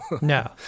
No